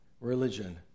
religion